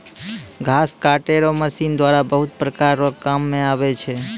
घास काटै रो मशीन द्वारा बहुत प्रकार रो काम मे आबै छै